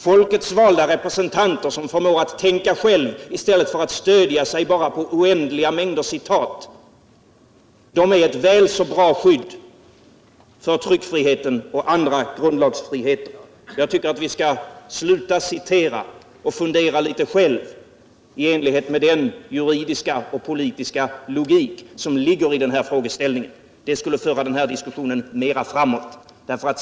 Folkets valda representanter, som förmår att tänka själva i stället för att bara stödja sig på oändliga mängder citat, utgör ett väl så bra skydd för tryckfriheten och andra grundlagsfriheter. Jag tycker vi skall sluta citera och i stället fundera litet själva i enlighet med den juridiska och politiska logik som ligger i den här frågeställningen. Det skulle föra den här diskussionen mera framåt.